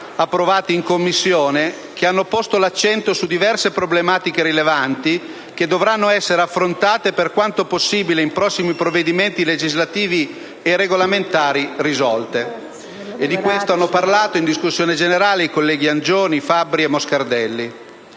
approvati in Commissione, i quali hanno posto l'accento su diverse problematiche rilevanti, che dovranno essere affrontate e risolte, per quanto possibile, in prossimi provvedimenti legislativi e regolamentari. Di questo hanno parlato in discussione generale i colleghi Angioni, Fabbri e Moscardelli.